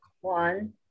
one